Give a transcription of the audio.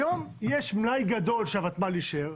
היום יש מלאי גדול שהוותמ"ל אישר,